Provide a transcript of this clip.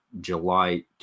July